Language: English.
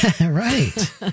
Right